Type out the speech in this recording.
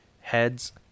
heads